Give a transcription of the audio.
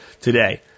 today